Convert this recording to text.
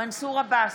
מנסור עבאס,